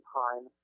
time